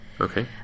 Okay